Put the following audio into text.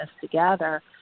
together